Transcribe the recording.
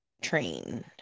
train